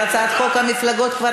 הצעת חוק המפלגות כבר